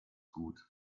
gut